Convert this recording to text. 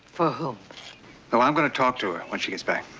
for whom? so i'm gonna talk to her when she gets back.